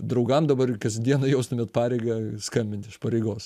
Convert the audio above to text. draugam dabar kas dieną jaustumėt pareigą skambint iš pareigos